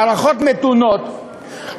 הערכות מתונות,